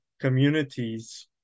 communities